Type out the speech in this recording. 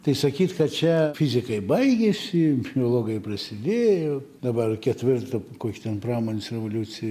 tai sakyt kad čia fizikai baigėsi biologai prasidėjo dabar ketvirta koki ten pramonės revoliucijai